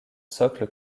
socle